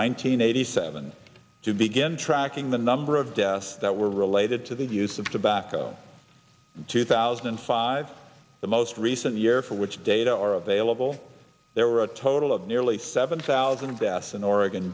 hundred seven to begin tracking the number of deaths that were related to the use of tobacco two thousand and five the most recent year for which data are available there were a total of nearly seven thousand deaths in oregon